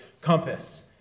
compass